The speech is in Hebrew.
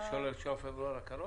ה-1 בפברואר הקרוב?